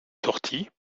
sorties